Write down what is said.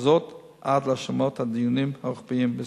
וזאת עד להשלמת הדיונים הרוחביים בסוגיה.